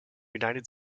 united